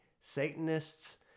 Satanists